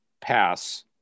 pass